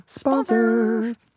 sponsors